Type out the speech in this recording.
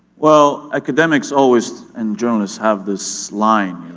well, academics always, and journalists have this line,